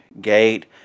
gate